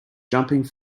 jumping